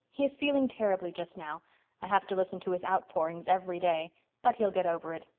he is feeling terribly just now i have to listen to his outpourings every day but he'll get over it.